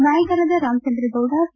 ನಾಯಕರಾದ ರಾಮಚಂದ್ರ ಗೌಡ ಸಿ